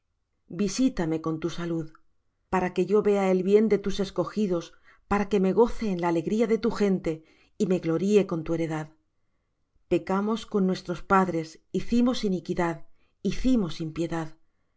visítame con tu salud para que yo vea el bien de tus escogidos para que me goce en la alegría de tu gente y me gloríe con tu heredad pecamos con nuestros padres hicimos iniquidad hicimos impiedad